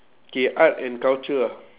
K art and culture ah